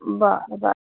बर बर